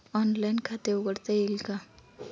Online खाते उघडता येईल का?